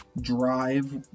drive